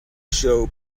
show